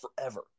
forever